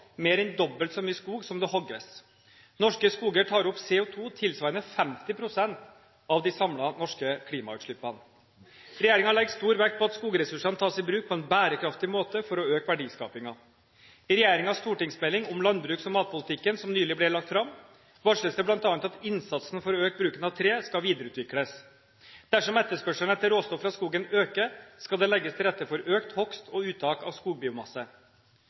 mer en dobbelt så mye skog som det hogges. Norske skoger tar opp CO2 tilsvarende 50 pst. av de samlede norske klimagassutslippene. Regjeringen legger stor vekt på at skogressursene tas i bruk på en bærekraftig måte for å øke verdiskapingen. I regjeringens stortingsmelding om landbruks- og matpolitikken, som nylig ble lagt fram, varsles det bl.a. at innsatsen for å øke bruken av tre skal videreutvikles. Dersom etterspørselen etter råstoff fra skogen øker, skal det legges til rette for økt hogst og uttak av skogbiomasse.